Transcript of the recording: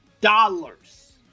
dollars